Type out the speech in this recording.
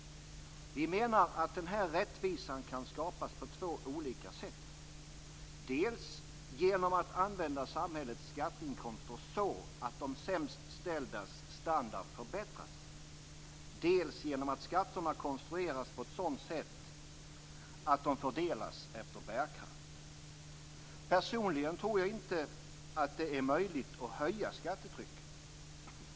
Vi menar att den här rättvisan kan skapas på två olika sätt: dels genom att använda samhällets skatteinkomster så att de sämst ställdas standard förbättras, dels genom att skatterna konstrueras på ett sådant sätt att de fördelas efter bärkraft. Personligen tror jag inte att det är möjligt att höja skattetrycket.